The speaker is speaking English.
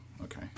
okay